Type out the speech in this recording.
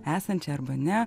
esančią arba ne